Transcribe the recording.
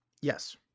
Yes